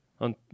on